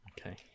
Okay